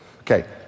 Okay